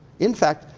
in fact,